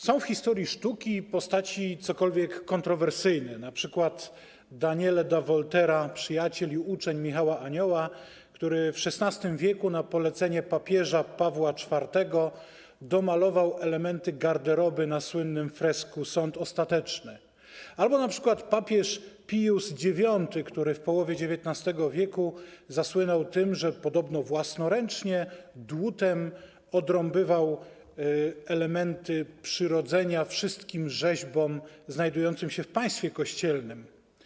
Są w historii sztuki postaci cokolwiek kontrowersyjne, np. Daniele da Volterra, przyjaciel i uczeń Michała Anioła, który w XVI w. na polecenie papieża Pawła IV domalował elementy garderoby na słynnym fresku „Sąd ostateczny”, albo np. papież Pius IX, który w połowie XIX w. zasłynął tym, że podobno własnoręcznie dłutem odrąbywał elementy przyrodzenia wszystkim rzeźbom znajdującym się w państwie kościelnym.